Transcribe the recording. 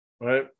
right